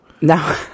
No